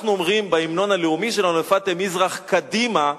אנחנו אומרים בהמנון הלאומי שלנו: "ולפאתי מזרח קדימה".